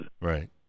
Right